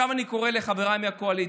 עכשיו אני קורא לחבריי מהקואליציה,